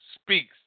speaks